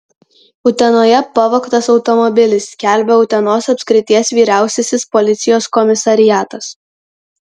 utenoje pavogtas automobilis skelbia utenos apskrities vyriausiasis policijos komisariatas